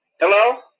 hello